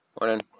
Morning